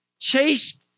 Chase